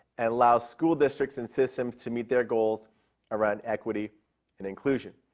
and allow school districts and systems to meet their goals around equity and inclusion.